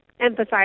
emphasize